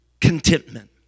contentment